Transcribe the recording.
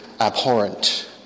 abhorrent